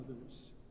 others